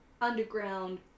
underground